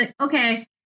Okay